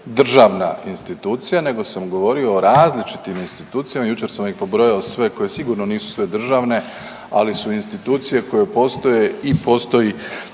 državna institucija nego sam govorio o različitim institucijama, jučer sam ih pobrojao sve koje sigurno nisu sve državne, ali su institucije koje postoje i postoji